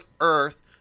earth